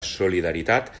solidaritat